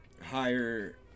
higher